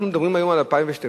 אנחנו מדברים היום על 2012,